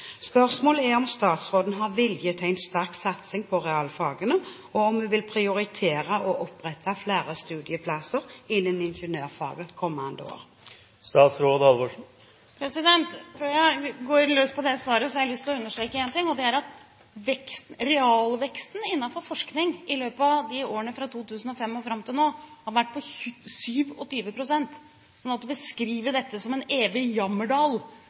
Spørsmålet er: Har statsråden vilje til en sterk satsing på realfagene, og vil hun prioritere å opprette flere studieplasser innen ingeniørfaget kommende år? Før jeg går løs på det svaret, har jeg lyst til å understreke en ting, og det er at realveksten innenfor forskning i løpet av årene fra 2005 og fram til nå har vært på 27 pst. Så når man beskriver dette som en evig